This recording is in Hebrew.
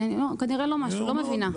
אני כנראה לא מבינה.